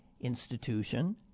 institution